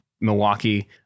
Milwaukee